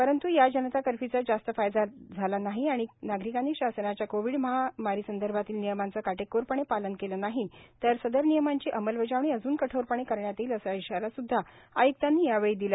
परंतु या जनता कर्फ्य्चा जास्त फायदा झाला नाही आणि नागरिकानी शासनाच्या कोविड महामारीसंदर्भातील नियमांचे काटेकोरपणे पालन केले नाही तर संदर नियमांची अंमलबजावणी अजून कठोरपणे करण्यात येईल असा इशारा सुद्धा आयुक्तांनी यावेळी दिला